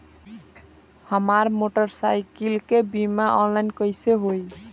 हमार मोटर साईकीलके बीमा ऑनलाइन कैसे होई?